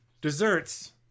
desserts